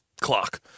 clock